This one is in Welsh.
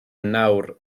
nawr